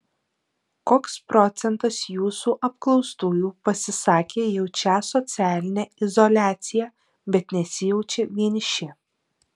koks procentas jūsų apklaustųjų pasisakė jaučią socialinę izoliaciją bet nesijaučią vieniši